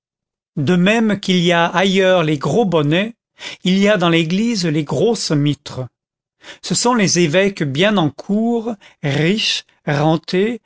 de même qu'il y a ailleurs les gros bonnets il y a dans l'église les grosses mitres ce sont les évêques bien en cour riches rentés